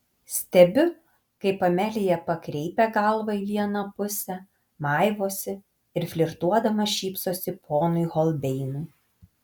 stebiu kaip amelija pakreipia galvą į vieną pusę maivosi ir flirtuodama šypsosi ponui holbeinui